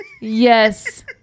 Yes